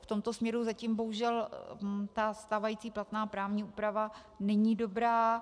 V tomto směru zatím bohužel stávající platná právní úprava není dobrá.